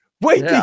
Wait